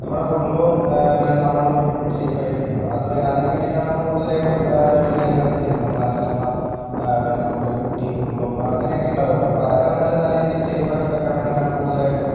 നമ്മുടെ കുടുംബവും പിന്നെ നമ്മളും എപ്പോഴും സേഫ് ആയിട്ടിരിക്കണം അതുവേ അതിനുവേണ്ടിയിട്ടാണ് നമ്മൾ കൂടുതൽ ആയിട്ടും ജോലിയും കാര്യങ്ങളൊക്കെ ചെയ്യുന്നത് നമ്മൾ അച്ഛൻ അമ്മ പിന്നെ നമുക്ക് ഒരു കുട്ടി കുടുംബം അങ്ങനെയൊക്കെ ഉണ്ടാകുമല്ലോ അപ്പോൾ അതൊക്കെ നമ്മൾ നല്ല രീതിയിൽ സേഫ് ആക്കി വെക്കാൻ വേണ്ടിയിട്ടാണ് കൂടുതലായിട്ടും